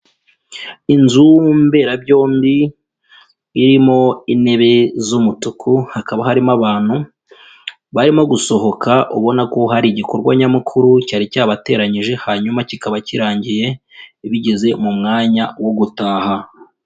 Inzu mberabyombi irimo intebe z'umutuku, hakaba harimo abantu barimo gusohoka ubona ko hari igikorwa nyamukuru cyari cyabateranyije hanyuma kikaba kirangiye bigeze mu mwanya wo gutaha.